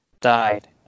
died